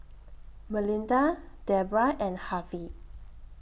Melinda Debrah and Harvy